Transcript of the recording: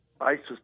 ISIS